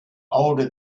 older